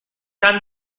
han